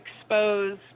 expose